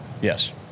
Yes